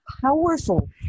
powerful